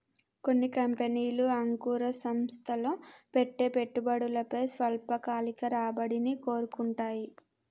కొన్ని కంపెనీలు అంకుర సంస్థల్లో పెట్టే పెట్టుబడిపై స్వల్పకాలిక రాబడిని కోరుకుంటాయి